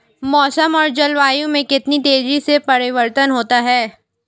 मौसम और जलवायु में कितनी तेजी से परिवर्तन होता है?